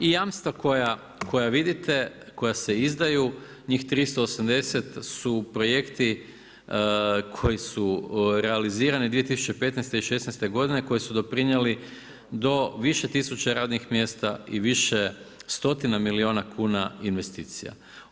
I jamstva koja vidite, koja se izdaju, njih 380 su projekti koji su realizirani 2015. i 2016. godine, koje su doprinijeli do više tisuća radnih mjesta i više stotina milijuna kuna investicija.